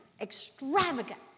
extravagant